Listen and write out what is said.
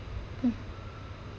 mm